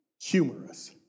humorous